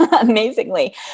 amazingly